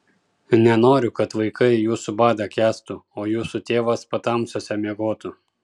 nenoriu kad vaikai jūsų badą kęstų o jūsų tėvas patamsiuose miegotų